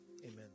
amen